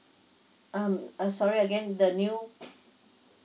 um uh sorry again the new